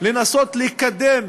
לנסות לקדם